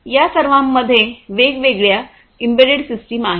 त्या सर्वांमध्ये वेगवेगळ्या एम्बेडेड सिस्टम आहेत